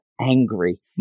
Angry